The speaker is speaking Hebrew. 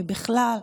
ובכלל,